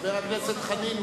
חבר הכנסת חנין,